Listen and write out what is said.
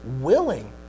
willing